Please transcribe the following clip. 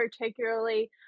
particularly